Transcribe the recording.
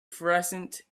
present